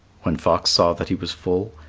when fox saw that he was full,